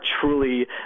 truly